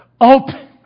Open